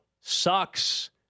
sucks